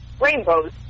rainbows